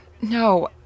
No